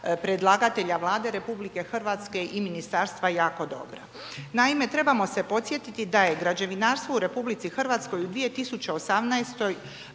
predlagatelja, Vlade Republike Hrvatske i Ministarstva jako dobra. Naime, trebamo se podsjetiti da je građevinarstvo u Republici Hrvatskoj u 2018.